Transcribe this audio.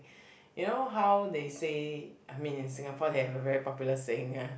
you know how they say I mean in Singapore they have a very popular saying ah